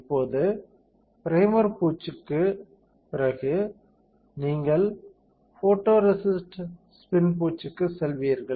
இப்போது ப்ரைமர் பூச்சுக்குப் பிறகு நீங்கள் ஃபோட்டோரேசிஸ்ட் ஸ்பின் பூச்சுக்குச் செல்வீர்கள்